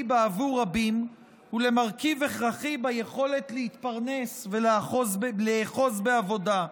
בעבור רבים ולמרכיב הכרחי ביכולת להתפרנס ולאחוז בעבודה.